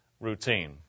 routine